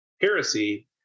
heresy